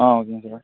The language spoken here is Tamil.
ஆ ஓகேங்க சார்